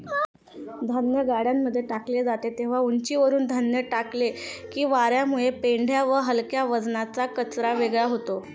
धान्य गाड्यांमध्ये टाकले जाते तेव्हा उंचीवरुन धान्य टाकले की वार्यामुळे पेंढा व हलक्या वजनाचा कचरा वेगळा होतो